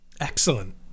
Excellent